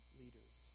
leaders